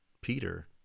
Peter